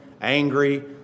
angry